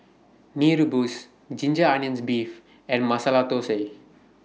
Mee Rebus Ginger Onions Beef and Masala Thosai